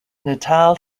natal